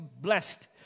blessed